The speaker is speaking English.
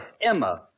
Emma